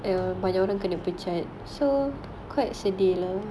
L banyak orang kena pecat so quite sedih though